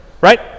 Right